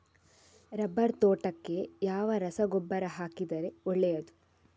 Rubber ತೋಟಕ್ಕೆ ಯಾವ ರಸಗೊಬ್ಬರ ಹಾಕಿದರೆ ಒಳ್ಳೆಯದು?